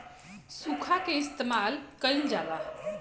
सुखा के इस्तेमाल कइल जाला